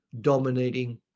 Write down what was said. dominating